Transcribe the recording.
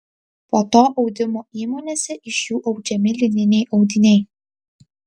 po to audimo įmonėse iš jų audžiami lininiai audiniai